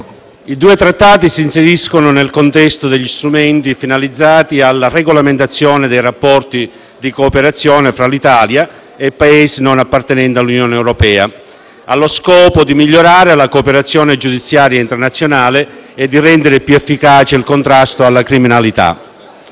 I due Trattati si inseriscono nel contesto degli strumenti finalizzati alla regolamentazione dei rapporti di cooperazione fra l'Italia e Paesi non appartenenti all'Unione europea, allo scopo di migliorare la cooperazione giudiziaria internazionale e di rendere più efficace il contrasto alla criminalità.